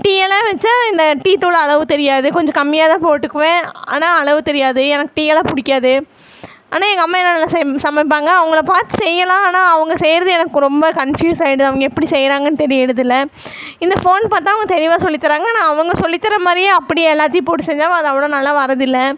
tea எல்லாம் வச்சா இந்த டீத்தூள் அளவு தெரியாது கொஞ்சம் கம்மியாகதான் போட்டுக்குவன் ஆனால் அளவு தெரியாது எனக்கு டீ எல்லாம் பிடிக்காது ஆனால் எங்கள் அம்மா நல்லா சமைப்பாங்க அவங்களை பார்த்து செய்யலாம் ஆனால் அவங்க செய்கிறது எனக்கு ரொம்ப கன்ஃபியூஷாயிடுது அவங்க எப்படி செய்கிறாங்கன்னு தெரியறதில்லை இந்த போன் பார்த்தா அவங்க தெளிவாக சொல்லித்தராங்க ஆனால் அவங்க சொல்லித்தர மாதிரியே அப்படியே எல்லாத்தையும் போட்டு செஞ்சாலும் அது அவ்வளோ நல்லா வரது இல்லை